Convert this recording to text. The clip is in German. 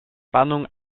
spannung